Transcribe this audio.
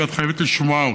ואת חייבת לשמוע אותה.